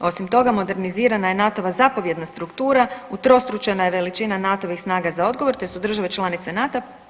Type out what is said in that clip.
osim toga modernizirana je NATO-va zapovjedna struktura, utrostručena je veličina NATO-vih snaga za odgovor te su države članice